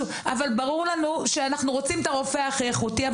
ברור לנו שאנחנו רוצים את הרופא הכי איכותי.